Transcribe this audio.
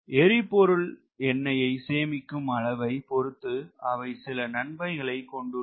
எரிபொருள் எண்ணையை சேமிக்கும் அளவை பொறுத்து அவை சில நன்மைகளை கொண்டுள்ளன